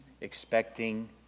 expecting